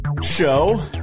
Show